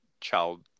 child